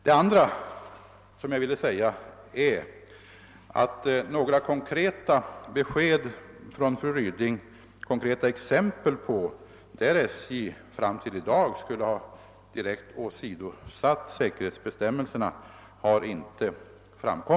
Det andra jag vill konstatera är alt fru Ryding inte har lämnat några konkreta exempel på fall där SJ fram till i dag skulle ha direkt åsidosatt säkerhetsbestämmelserna.